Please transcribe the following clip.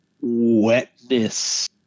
wetness